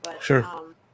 Sure